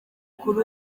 kuri